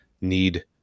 need